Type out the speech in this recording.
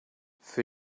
für